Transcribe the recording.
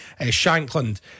Shankland